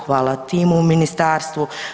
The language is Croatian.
Hvala timu u ministarstvu.